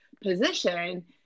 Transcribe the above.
position